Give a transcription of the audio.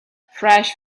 fresh